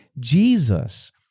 Jesus